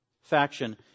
faction